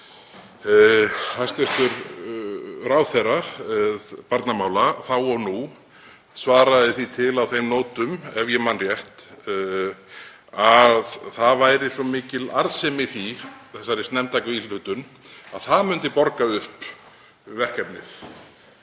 Hæstv. ráðherra barnamála þá og nú svaraði því til á þeim nótum, ef ég man rétt, að það væri svo mikil arðsemi í því, þessari snemmtæku íhlutun, að það myndi borga upp verkefnið.